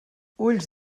ulls